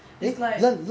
it's like